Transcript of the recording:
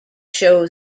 show